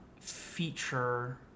feature